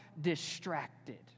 distracted